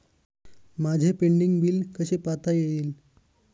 माझे pending bill कसे पाहता येईल?